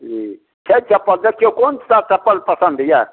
जी छै चप्पल देखियौ कोनसा चप्पल पसन्द यऽ